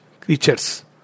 creatures